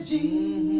Jesus